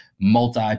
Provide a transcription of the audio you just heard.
multi